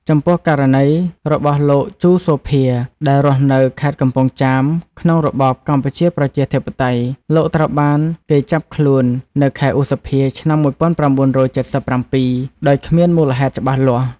ចំពោះ ករណីរបស់លោក ជូ សូភា ដែលរស់នៅខេត្តកំពង់ចាមក្នុងរបបកម្ពុជាប្រជាធិបតេយ្យ លោកត្រូវបានគេចាប់ខ្លួននៅខែឧសភា ឆ្នាំ១៩៧៧ ដោយគ្មានមូលហេតុច្បាស់លាស់។